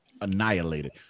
annihilated